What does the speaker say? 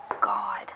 god